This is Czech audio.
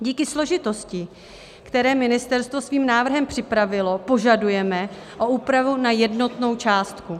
Díky složitosti, které ministerstvo svým návrhem připravilo, požadujeme o úpravu na jednotnou částku.